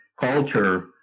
culture